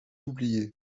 oubliées